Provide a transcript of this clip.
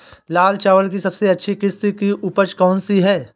लाल चावल की सबसे अच्छी किश्त की उपज कौन सी है?